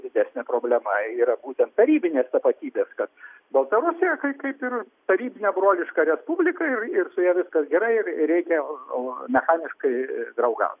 didesnė problema yra būtent tarybinės tapatybės kad baltarusija kaip ir tarybinė broliška respublika ir su ja viskas gerai ir reikia mechaniškai draugaut